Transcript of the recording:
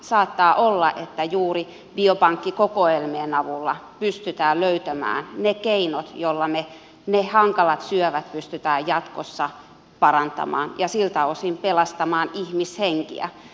saattaa olla että juuri biopankkikokoelmien avulla pystytään löytämään ne keinot joilla ne hankalat syövät pystytään jatkossa parantamaan ja siltä osin pelastamaan ihmishenkiä